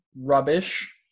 rubbish